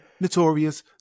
Notorious